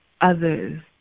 others